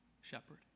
shepherd